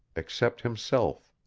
except himself.